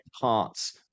parts